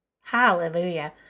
Hallelujah